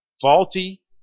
faulty